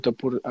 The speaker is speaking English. por